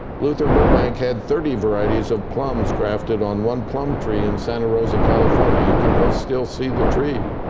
luther burbank had thirty varieties of plums grafted on one plum tree in santa rosa, california. you can go still see the tree.